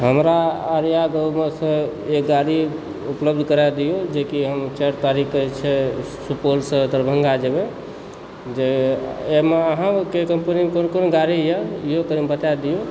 हमरा आर्यागोमेसँ ई गाड़ी उपलब्ध कराए दिअऽ जे कि हम चारि तारिक कऽ जे छै सुपौलसँ दरभङ्गा जेबए जे ओहिमे अहाँके कम्पनीमे कोन कोन गाड़ी यऽ इहो कनि बताए दियौ